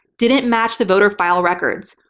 didn't match the voter file records,